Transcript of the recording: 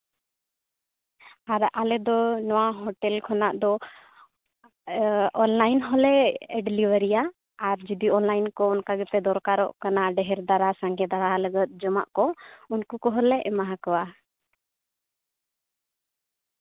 ᱟᱨ ᱟᱞᱮ ᱫᱚ ᱱᱚᱣᱟ ᱦᱳᱴᱮᱞ ᱠᱷᱚᱱᱟᱜ ᱫᱚ ᱚᱱᱞᱟᱭᱤᱱ ᱦᱚᱸᱞᱮ ᱰᱮᱞᱤᱵᱷᱟᱨᱤᱭᱟ ᱟᱨ ᱡᱩᱫᱤ ᱚᱱᱞᱟᱭᱤᱱ ᱠᱚ ᱚᱱᱠᱟ ᱜᱮᱯᱮ ᱫᱚᱨᱠᱟᱨᱚᱜ ᱠᱟᱱᱟ ᱰᱷᱮᱨ ᱫᱷᱟᱨᱟ ᱥᱟᱸᱜᱮ ᱫᱷᱟᱨᱟ ᱞᱟᱹᱜᱤᱫ ᱡᱚᱢᱟᱜᱜ ᱠᱚ ᱩᱱᱠᱩ ᱠᱚᱦᱚᱸᱞᱮ ᱮᱢᱟᱣᱟᱠᱚᱣᱟ